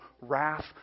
wrath